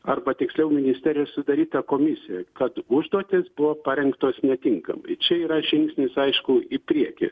arba tiksliau ministerijos sudaryta komisija kad užduotys buvo parengtos netinkamai čia yra žingsnis aišku į priekį